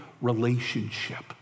relationship